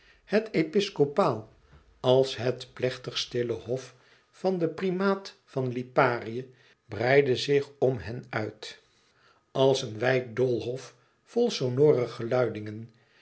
het episcopaal als het plechtig stille hof van den primaat van liparië breidde zich om hen uit als een wijd doolhof vol sonore